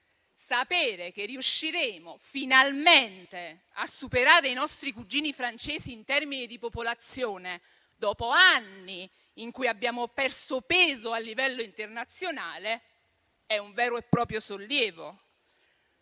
Sapere che riusciremo finalmente a superare i nostri cugini francesi in termini di popolazione, dopo anni in cui abbiamo perso peso a livello internazionale, è un vero e proprio sollievo.